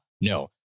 no